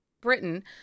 Britain